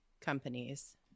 companies